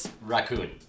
Raccoon